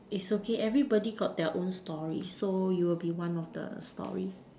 it's okay everybody got their own story so you will one of the story